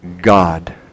God